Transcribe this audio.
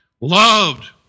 Loved